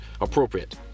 appropriate